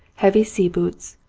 heavy sea-boots,